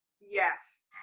Yes